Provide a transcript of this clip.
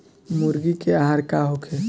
मुर्गी के आहार का होखे?